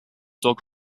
dog